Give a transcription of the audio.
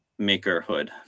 makerhood